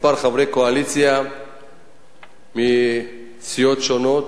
כמה חברי קואליציה מסיעות שונות,